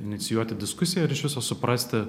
inicijuoti diskusiją ir iš viso suprasti